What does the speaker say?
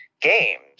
games